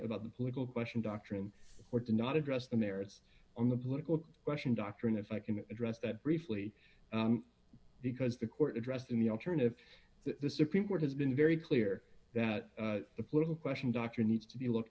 about the political question doctrine or to not address the merits on the political question doctrine if i can address that briefly because the court addressed in the alternative the supreme court has been very clear that the political question doctor needs to be looked